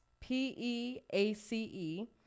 P-E-A-C-E